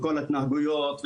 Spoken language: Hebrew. כל ההתנהגויות,